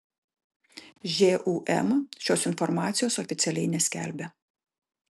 žūm šios informacijos oficialiai neskelbia